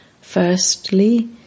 firstly